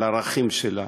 על הערכים שלה.